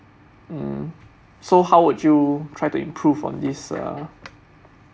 mm so how would you try to improve on this uh